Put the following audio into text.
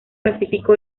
pacífico